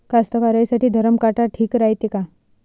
कास्तकाराइसाठी धरम काटा ठीक रायते का?